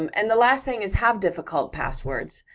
um and the last thing is, have difficult passwords.